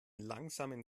langsamen